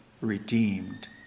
redeemed